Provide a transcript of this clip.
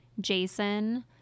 Jason